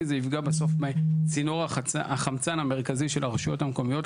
כי זה יפגע בסוף בצינור החמצן המרכזי של הרשויות המקומיות.